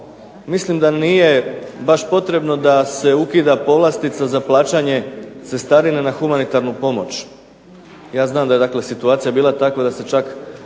mislim da nije baš potrebno da se ukida povlastica za plaćanje cestarine na humanitarnu pomoć. Ja znam da je dakle situacija bila takva da se čak